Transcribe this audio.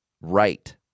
right